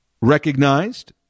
recognized